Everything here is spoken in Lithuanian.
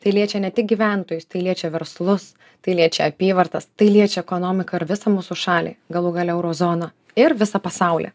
tai liečia ne tik gyventojus tai liečia verslus tai liečia apyvartas tai liečia ekonomiką ir visą mūsų šalį galų gale euro zoną ir visą pasaulį